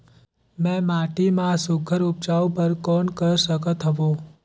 मैं माटी मा सुघ्घर उपजाऊ बर कौन कर सकत हवो?